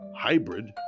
hybrid